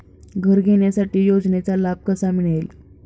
घर घेण्यासाठी योजनेचा लाभ कसा मिळेल?